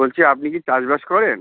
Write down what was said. বলছি আপনি কি চাষ বাস করেন